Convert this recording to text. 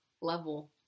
level